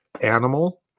Animal